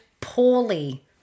poorly